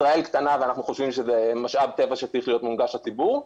ישראל קטנה ואנחנו חושבים שזה משאב טבע שצריך להיות מונגש לציבור,